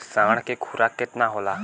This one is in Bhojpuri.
साँढ़ के खुराक केतना होला?